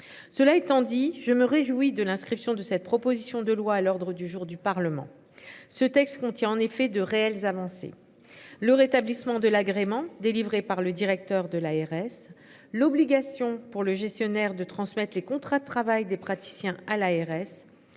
Cela étant dit, je me réjouis de l'inscription de cette proposition de loi à l'ordre du jour du Parlement, ce texte contient en effet de réelles avancées. Le rétablissement de l'agrément délivré par le directeur de l'ARS, l'obligation pour le gestionnaire de transmettre les contrats de travail des praticiens à l'ARS.